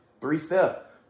Three-step